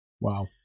Wow